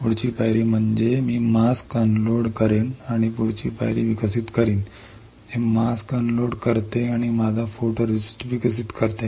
पुढची पायरी म्हणजे मी मास्क अनलोड करेन आणि पुढची पायरी विकसित करीन जे मास्क अनलोड करते आणि माझा फोटोरेस्टिस्ट विकसित करते